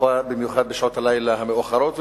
במיוחד בשעות הלילה המאוחרות,